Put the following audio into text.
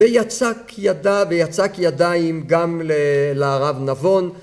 ‫ויצק ידיו... ידיים גם ל... לערב נבון.